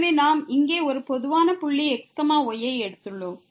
எனவே நாம் இங்கே ஒரு பொதுவான புள்ளி x yயை எடுத்துள்ளோம்